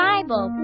Bible